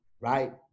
right